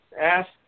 ask